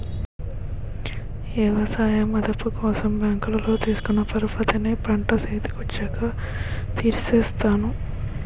ఎవసాయ మదుపు కోసం బ్యాంకులో తీసుకున్న పరపతిని పంట సేతికొచ్చాక తీర్సేత్తాను